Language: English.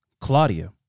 Claudia